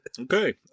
Okay